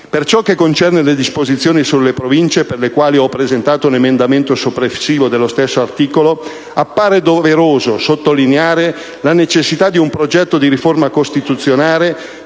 Per ciò che concerne le disposizioni sulle Province, per le quali ho presentato un emendamento soppressivo dello stesso articolo, appare doveroso sottolineare la necessità di un progetto di riforma costituzionale